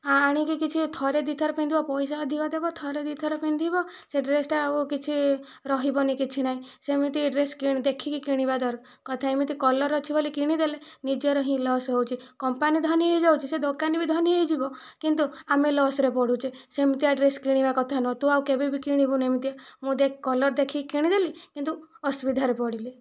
ଆଣିକି କିଛି ଥରେ ଦୁଇଥର ପିନ୍ଧିବ ପଇସା ଅଧିକ ଦେବ ଥରେ ଦୁଇ ଥର ପିନ୍ଧିବି ସେ ଡ୍ରେସ୍ଟା ଆଉ କିଛି ରହିବନି କିଛି ନାହିଁ ସେମିତି ଏ ଡ୍ରେସ୍ କିଣି ଦେଖିକି କିଣିବା ଦରକାର କଥା ଏମିତି କଲର୍ ଅଛି ବୋଲି କିଣିଦେଲେ ନିଜର ହିଁ ଲସ୍ ହେଉଛି କମ୍ପାନୀ ଧନୀ ହୋଇଯାଉଛି ସେ ଦୋକାନୀ ବି ଧନୀ ହୋଇଯିବ କିନ୍ତୁ ଆମେ ଲସ୍ ରେ ପଡ଼ୁଛେ ସେମିତିଆ ଡ୍ରେସ୍ କିଣିବା କଥା ନୁହଁ ତୁ ଆଉ କେବେ ବି କିଣିବୁନି ଏମିତିଆ ମୁଁ ଦେଖ କଲର୍ ଦେଖିକି କିଣିଦେଲି କିନ୍ତୁ ଅସୁବିଧାରେ ପଡ଼ିଲି